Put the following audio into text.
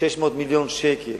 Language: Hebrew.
כ-600 מיליון שקל.